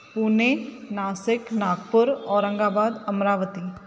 Pune Nashik Nagpur Aurangabad Amravati